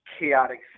Chaotic